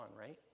right